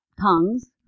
tongues